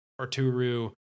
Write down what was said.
arturu